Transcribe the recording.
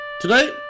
today